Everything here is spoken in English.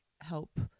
help